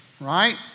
right